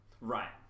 right